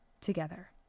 together